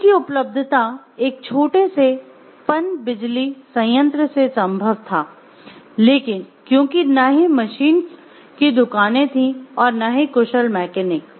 बिजली की उपलब्धता एक छोटे से पनबिजली संयंत्र से संभव था लेकिन क्योंकि न ही मशीन की दुकानें थीं और न ही कुशल मैकेनिक